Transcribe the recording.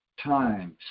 times